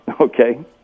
Okay